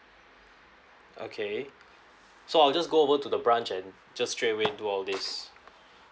okay so I'll just go over to the branch and just straight away do all these